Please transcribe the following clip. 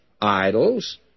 idols